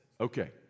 Okay